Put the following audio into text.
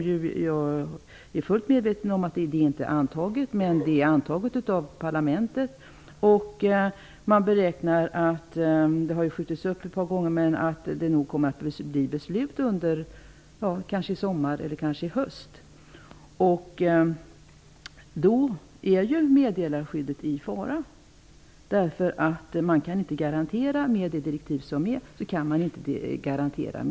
Jag är fullt medveten om att EG inte antagit direktivet, men det är antaget av parlamentet. Beslutet har skjutits upp ett par gånger. Man beräknar att det kommer att fattas ett beslut i sommar eller kanske i höst, och då är ju meddelarskyddet i fara. Med det direktivet kan meddelarskyddet inte garanteras.